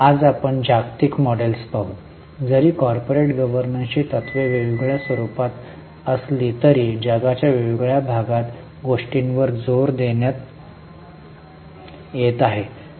आज आपण जागतिक मॉडेल्स पाहू जरी कॉर्पोरेट गव्हर्नन्सची तत्त्वे वेगवेगळ्या स्वरूपात असली तरी जगाच्या वेगवेगळ्या भागात गोष्टींवर जोर देण्यात येत आहे